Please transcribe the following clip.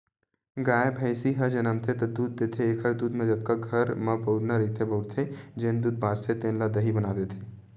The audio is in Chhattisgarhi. गाय, भइसी ह जमनथे त दूद देथे एखर दूद म जतका घर म बउरना रहिथे बउरथे, जेन दूद बाचथे तेन ल दही बना देथे